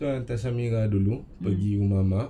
so I hantar shaminah dulu lagi umi mak